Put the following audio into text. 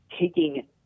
taking